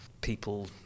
people